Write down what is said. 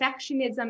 perfectionism